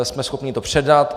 Jsme schopni jí to předat.